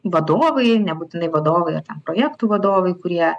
vadovai nebūtinai vadovai ar ten projektų vadovai kurie